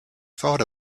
thought